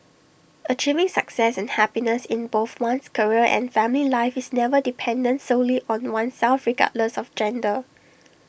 achieving success and happiness in both one's career and family life is never dependent solely on oneself regardless of gender